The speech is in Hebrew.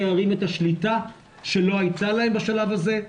הערים את השליטה שלא הייתה להם בשלב הזה,